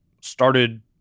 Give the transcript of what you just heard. started